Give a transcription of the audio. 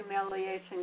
humiliation